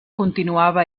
continuava